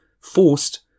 Forced